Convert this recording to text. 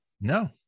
No